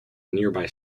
nearby